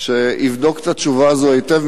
לבדוק את התשובה הזאת היטב,